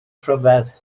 rhyfedd